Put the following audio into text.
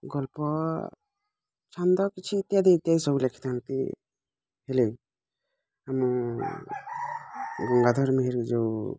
ଗଳ୍ପ ଛନ୍ଦ କିଛି ଇତ୍ୟାଦି ଇତ୍ୟାଦି ସବୁ ଲେଖିଥାନ୍ତି ହେଲେ ଆମ ଗଙ୍ଗାଧର ମେହେର ଯେଉଁ